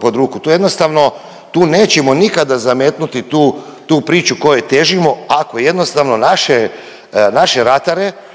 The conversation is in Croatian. pod ruku, to jednostavno, tu nećemo nikada zametnuti tu, tu priču kojom težimo ako jednostavno naše, naše